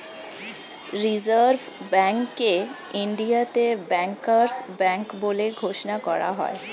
reserve ব্যাঙ্ককে ইন্ডিয়াতে bankers bank বলে ঘোষণা করা হয়